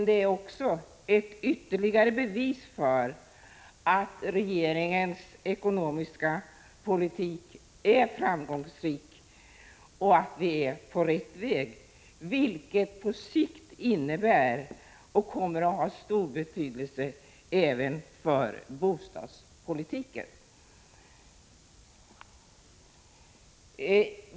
Det är dessutom ytterligare ett bevis för att regeringens ekonomiska politik är framgångsrik och att vi är på rätt väg, vilket på sikt kommer att ha stor betydelse även för bostadspolitiken.